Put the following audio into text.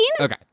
Okay